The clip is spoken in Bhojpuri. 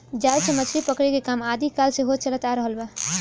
जाल से मछरी पकड़े के काम आदि काल से होत चलत आ रहल बा